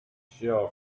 shell